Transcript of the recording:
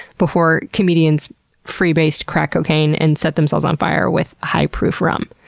before comedians freebased crack cocaine and set themselves on fire with high proof rum.